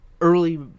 early